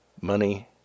money